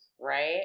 Right